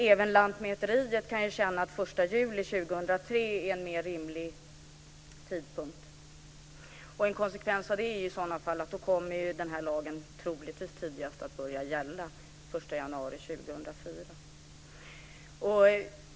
Även Lantmäteriet kan känna att 1 juli 2003 är en mer rimlig tidpunkt. En konsekvens blir då att lagen troligtvis kommer att gälla från den 1 januari 2004.